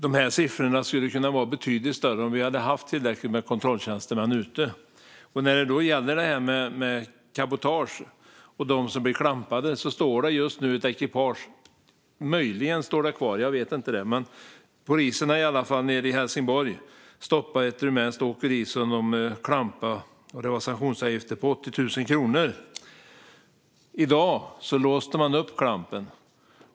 Dessa siffror hade kunnat vara betydligt högre om vi hade haft tillräckligt med kontrolltjänstemän ute. När det gäller detta med cabotage och dem som blir klampade står det just nu ett ekipage - möjligen står det kvar; jag vet inte - tillhörande ett rumänskt åkeri, som stoppats och klampats av polisen i Helsingborg. Det rör sig om sanktionsavgifter på 80 000 kronor. I dag låste man upp klampen.